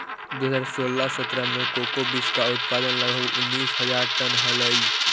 दो हज़ार सोलह सत्रह में कोको बींस का उत्पादन लगभग उनीस हज़ार टन हलइ